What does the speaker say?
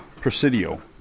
Presidio